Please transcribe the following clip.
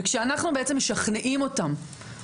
וכשאנחנו בעצם משכנעים אותם,